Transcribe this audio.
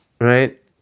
right